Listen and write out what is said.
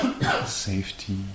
safety